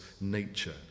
nature